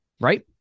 Right